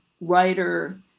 writer